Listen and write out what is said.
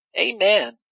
Amen